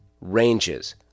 ranges